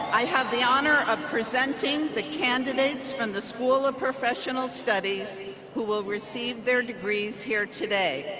i have the honor of presenting the candidates from the school of professional studies who will receive their degrees here today.